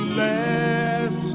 last